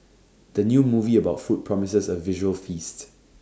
the new movie about food promises A visual feast